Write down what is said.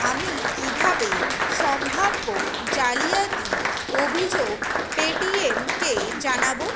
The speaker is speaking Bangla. আমি কীভাবে সম্ভাব্য জালিয়াতির অভিযোগ পেটিএমকে জানাব